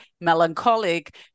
melancholic